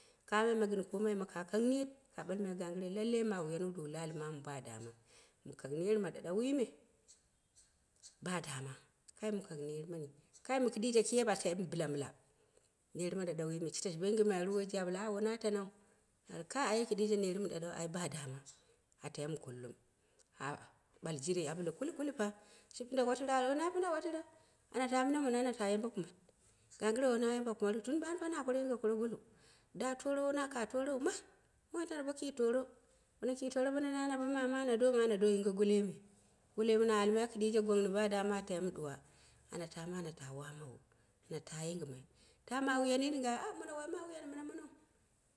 Kamai ma gɨn komai ka kanga net, ka ɓalmai ganggɨre lallai wu do wu lali mamu ba dama mu kanjner ma daɗauwi me ba dama kai mɨ kang ner mami kai ma kidiije kii an tai ma bila mila ner mai ɗaɗauyime shi tashi bo yingɨmarru? Waiji a ɓale awo woi na tanau. A kai kidiije ner ma ɗaɗau ba dama a tai mɨ kulum. Haba ɓal jire, a ɓale kuli kuli fa, shi pinde watiru a ɓale awo wuna pinda watirau, ana ta mina mono ana ta yambe kumat gangɨre mono anata yambe kumat tun ɓamu fa na kara yinge koro golo da tor kya torou ma mo na tano bo kii tor bone kii tor bona nai anabo mama ano do yinge goloi me goloi me na almai kiidiime gwang ba dama a tai mɨ ɗuwa ana tama ana ta wamawu. Ana ta yingɨmai, ta mawiyanni ɗinga? Ah mono woi mawi yan mini monou.